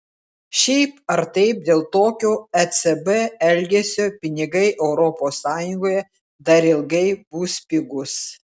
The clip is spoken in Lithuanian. šiaip ar taip dėl tokio ecb elgesio pinigai europos sąjungoje dar ilgai bus pigūs